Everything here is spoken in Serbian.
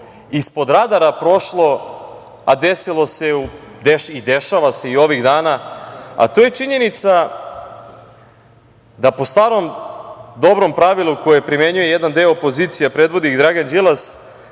ispod radara prošlo, a desilo se i dešava se i ovih dana, a to je činjenica da po starom dobrom pravilu koje primenjuje jedan deo opozicije, a predvodi ih Dragan Đilas,